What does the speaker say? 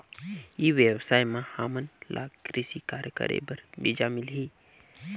ई व्यवसाय म हामन ला कृषि कार्य करे बर बीजा मिलही?